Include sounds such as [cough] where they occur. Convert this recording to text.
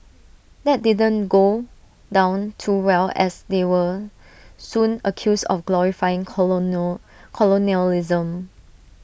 that didn't go down too well as they were soon accused of glorifying [unintelligible] colonialism